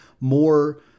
more